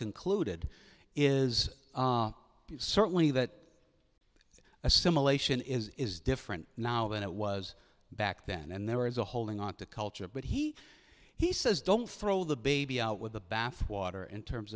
concluded is certainly that assimilation is different now than it was back then and there is a holding on to culture but he he says don't throw the baby out with the bathwater in terms